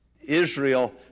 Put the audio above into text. Israel